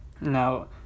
now